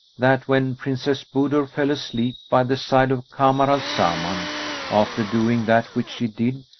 that when princess budur fell asleep by the side of kamar al-zaman, after doing that which she did,